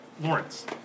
Lawrence